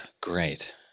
great